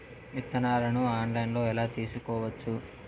విత్తనాలను ఆన్లైన్లో ఎలా తీసుకోవచ్చు